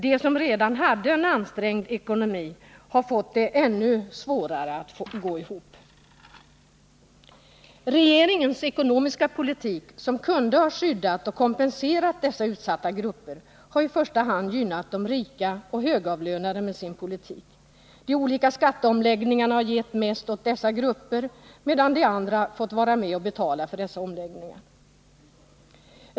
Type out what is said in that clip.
De som redan hade en ansträngd ekonomi, har således fått ännu svårare att få ekonomin att gå ihop. Regeringens ekonomiska politik, som kunde ha skyddat och kompenserat dessa utsatta grupper, har i första hand gynnat de rika och högavlönade. De olika skatteomläggningarna har gett mest åt dessa grupper, medan de andra fått vara med och betala för omläggningarna.